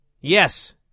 Yes